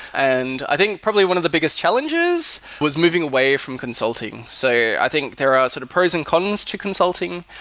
and i think probably one of the biggest challenges was moving away from consulting. so i think there are sort of pros and cons to consulting.